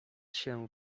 się